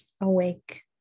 awake